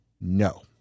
No